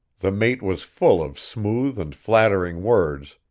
the mate was full of smooth and flattering words,